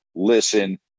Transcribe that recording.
Listen